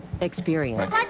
Experience